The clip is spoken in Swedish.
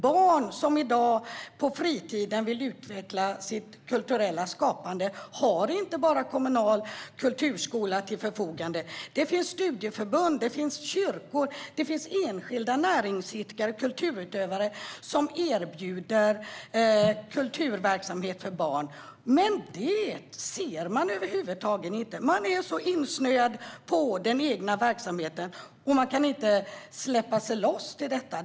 Barn som i dag på fritiden vill utveckla sitt kulturella skapande har inte bara kommunal kulturskola till sitt förfogande. Det finns studieförbund, kyrkor, enskilda näringsidkare och kulturutövare som erbjuder kulturverksamhet för barn. Men det ser man över huvud taget inte. Man är så insnöad på den egna verksamheten och kan inte släppa sig loss från den.